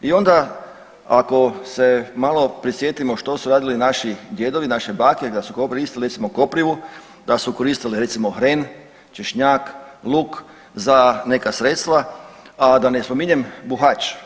I onda ako se malo prisjetimo što su radili naši djedovi, naše bake, da su koristile koprivu, da su koristile recimo hren, češnjak, luk za neka sredstva, a da ne spominjem buhač.